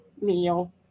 meal